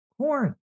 Corn